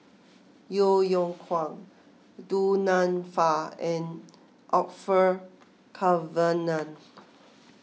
Yeo Yeow Kwang Du Nanfa and Orfeur Cavenagh